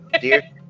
Dear